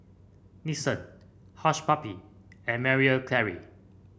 Nixon Hush Puppies and Marie Claire